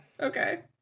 okay